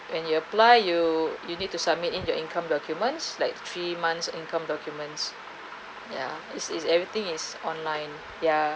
when you apply you you need to submit in your income documents like three months income documents ya it's it's everything is online ya